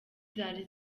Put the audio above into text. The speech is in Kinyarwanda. zari